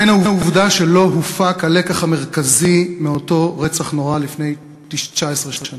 ובין העובדה שלא הופק הלקח המרכזי מאותו רצח נורא לפני 19 שנה.